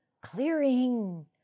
clearing